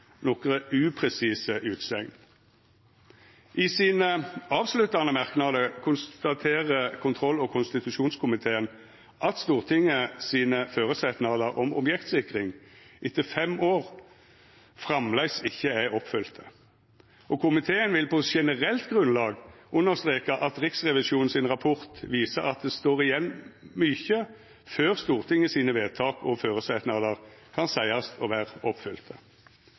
nokre upresise utsegner. I sine avsluttande merknadar konstaterer kontroll- og konstitusjonskomiteen at Stortinget sine føresetnadar om objektsikring etter fem år framleis ikkje er oppfylte. Og komiteen vil på generelt grunnlag understreka at Riksrevisjonen sin rapport viser at det står igjen mykje før Stortinget sine vedtak og føresetnadar kan seiast å vera oppfylte. Dei punkta som eg her har referert til og